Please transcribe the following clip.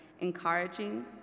encouraging